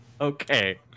okay